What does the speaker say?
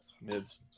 Mids